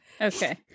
Okay